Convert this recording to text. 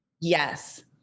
Yes